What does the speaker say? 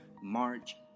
March